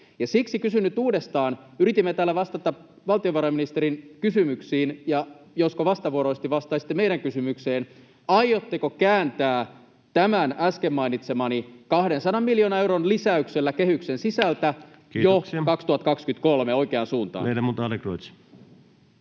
Siksi kysyn nyt uudestaan. Yritimme täällä vastata valtiovarainministerin kysymyksiin, joten josko vastavuoroisesti vastaisitte meidän kysymykseen: aiotteko kääntää tämän äsken mainitsemani kehityksen 200 miljoonan euron lisäyksellä kehyksen sisältä